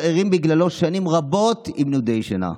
ערים בגללו שנים רבות עם נדודי שינה.